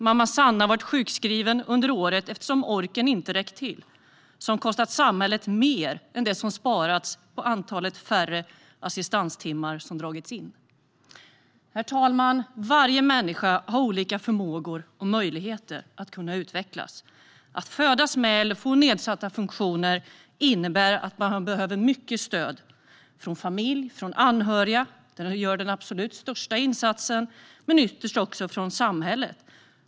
Mamma Sanna har varit sjukskriven under året, eftersom orken inte har räckt till. Det har kostat samhället mer än det som sparats på de assistanstimmar som dragits in. Herr talman! Varje människa har olika förmågor och möjligheter att utvecklas. Att födas med eller få nedsatta funktioner innebär att man behöver mycket stöd från familj och anhöriga, som gör den absolut största insatsen, men ytterst också från samhället.